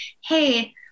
hey